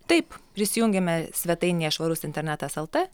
taip prisijungiame svetainėje švarus internetas lt